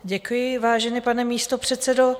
Děkuji, vážený pane místopředsedo.